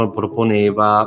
proponeva